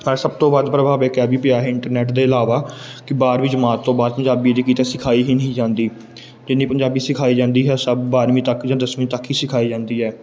ਪਰ ਸਭ ਤੋਂ ਵੱਧ ਪ੍ਰਭਾਵ ਇੱਕ ਇਹ ਵੀ ਪਿਆ ਹੈ ਇੰਟਰਨੈਟ ਦੇ ਇਲਾਵਾ ਕਿ ਬਾਰ੍ਹਵੀਂ ਜਮਾਤ ਤੋਂ ਬਾਅਦ ਪੰਜਾਬੀ ਜੇ ਕਿਤੇ ਸਿਖਾਈ ਹੀ ਨਹੀਂ ਜਾਂਦੀ ਜਿੰਨੀ ਪੰਜਾਬੀ ਸਿਖਾਈ ਜਾਂਦੀ ਹੈ ਸਭ ਬਾਰ੍ਹਵੀਂ ਤੱਕ ਜਾਂ ਦਸਵੀਂ ਤੱਕ ਹੀ ਸਿਖਾਈ ਜਾਂਦੀ ਹੈ